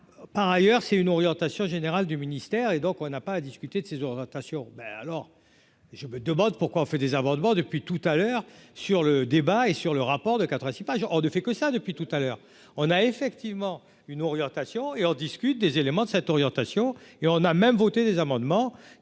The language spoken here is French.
par ailleurs c'est une orientation générale du ministère et donc on n'a pas à discuter de ces augmentations ben alors je me demande pourquoi on fait des amendements depuis tout à l'heure sur le débat et sur le rapport de 4 à 6 pages alors du fait que ça depuis tout à l'heure, on a effectivement une orientation et en discute des éléments de cette orientation et on a même voté des amendements